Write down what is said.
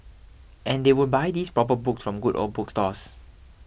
and they would buy these proper books from good old bookstores